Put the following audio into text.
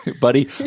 Buddy